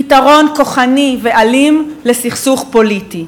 פתרון כוחני ואלים לסכסוך פוליטי.